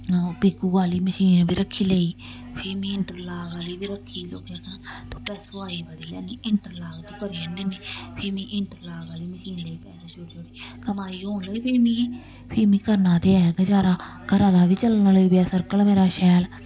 पीकू आह्ली मशीन बी रक्खी लेई फ्ही में इंटरलाॉक आह्ली बी रक्खी लोकें आखना तूं सुआई बड़ी लैन्नी इंटरलाक ते करियै निं दिन्नी फ्ही मी इंटरलाॉक आह्ली मशीन लेई पैसे जोड़ी जोड़ियै कमाई होन लगी लेई मिगी फ्ही मी करना ते ऐ गजारा घरा दा बी चलन लगी पेआ सर्कल मेरा शैल